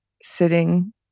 sitting